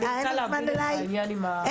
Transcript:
אני רוצה להבין את העניין --- אה,